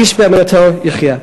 איש באמונתו יחיה.